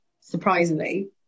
surprisingly